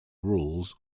rules